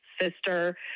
sister